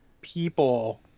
people